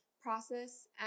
process